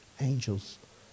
angels